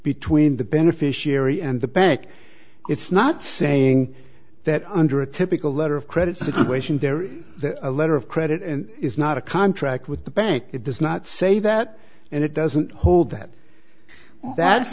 between the beneficiary and the bank it's not saying that under a typical letter of credit situation there is a letter of credit and is not a contract with the bank it does not say that and it doesn't hold that that's